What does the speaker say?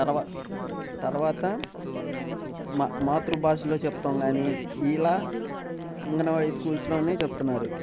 తరవా తరవాత మ మాతృభాషలో చెప్తాం కానీ ఇలా అ అంగన్వాడి స్కూల్స్లో చెప్తున్నారు